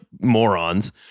morons